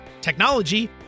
technology